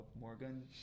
Morgan